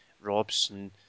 Robson